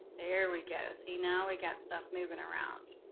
there we go. see now we got stuff moving around.